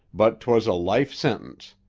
but twas a life sentence.